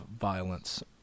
violence